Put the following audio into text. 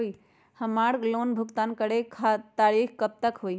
हमार लोन भुगतान करे के तारीख कब तक के हई?